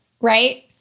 Right